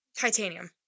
titanium